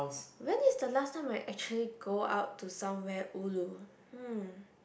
when is the last time I actually go out to somewhere ulu hmm